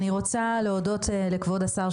אני רוצה להודות לכבוד השר,